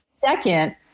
second